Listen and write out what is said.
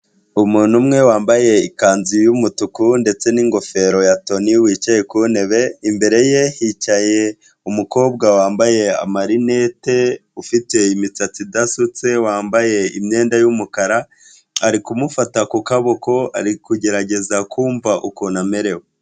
Umuntu umwe wambaye ikanzu y'umutuku ndetse n'ingofero ya toni wicaye ku ntebe, imbere ye hicaye umukobwa wambaye amarinete, ufite imisatsi idasutse, wambaye imyenda y'umukara ari kumufata ku kaboko, ari kugerageza kumva ukuntu amerewe.